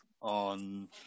on